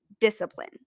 discipline